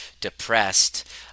depressed